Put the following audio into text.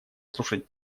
слушать